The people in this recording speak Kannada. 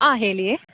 ಹಾಂ ಹೇಳಿ